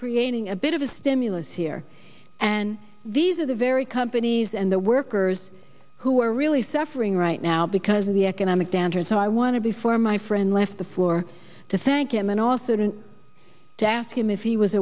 creating a bit of a stimulus here and these are the very companies and the workers who are really suffering right now because of the economic downturn so i want to before my friend left the floor to thank him and allison and to ask him if he was